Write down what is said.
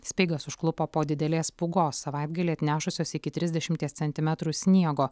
speigas užklupo po didelės pūgos savaitgalį atnešusios iki trisdešimies centimetrų sniego